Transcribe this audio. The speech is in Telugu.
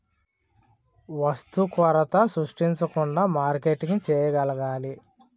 వస్తు కొరత సృష్టించకుండా మార్కెటింగ్ చేయగలగాలి